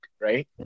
right